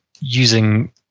using